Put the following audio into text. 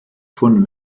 von